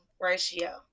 ratio